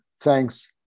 Thanks